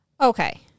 Okay